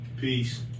Peace